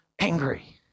angry